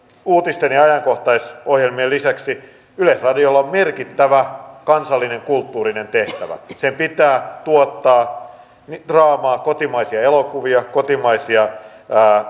uutisten ja ajankohtaisohjelmien lisäksi yleisradiolla on merkittävä kansallinen kulttuurinen tehtävä sen pitää tuottaa draamaa kotimaisia elokuvia kotimaisia